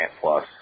Plus